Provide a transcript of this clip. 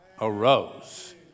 arose